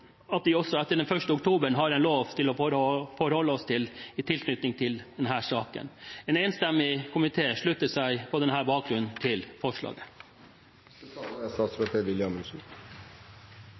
at vi også etter den 1. oktober har en lov å forholde oss til i tilknytning til saken. En enstemmig komité slutter seg på denne bakgrunn til forslaget.